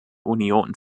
union